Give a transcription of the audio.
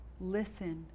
Listen